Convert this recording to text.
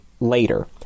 later